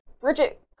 Bridget